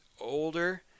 older